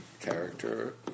character